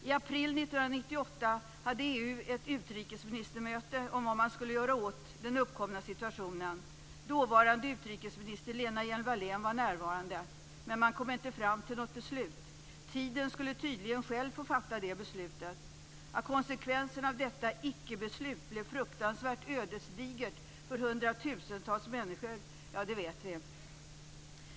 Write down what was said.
I april 1998 hade EU ett utrikesministermöte om vad man skulle göra åt den uppkomna situationen. Dåvarande utrikesminister Lena Hjelm-Wallén var närvarande. Men man kom inte fram till något beslut. Tiden skulle tydligen själv få fatta det beslutet. Att konsekvenserna av detta icke-beslut blev fruktansvärt ödesdigra för hundratusentals människor vet vi.